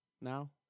now